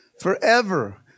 Forever